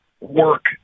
work